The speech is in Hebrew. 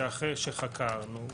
שאחרי שחקרנו,